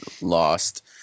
Lost